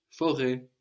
Forêt